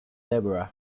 deborah